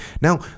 now